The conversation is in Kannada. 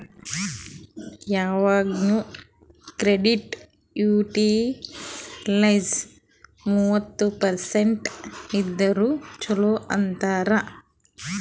ಯವಾಗ್ನು ಕ್ರೆಡಿಟ್ ಯುಟಿಲೈಜ್ಡ್ ಮೂವತ್ತ ಪರ್ಸೆಂಟ್ ಇದ್ದುರ ಛಲೋ ಅಂತಾರ್